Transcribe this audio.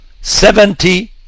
seventy